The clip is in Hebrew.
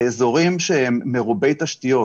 באזורים שהם מרובי תשתיות